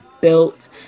built